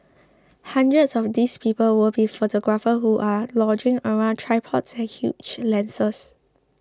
hundreds of these people will be photographers who are lugging around tripods and huge lenses